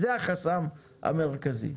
זה החסם המרכזי.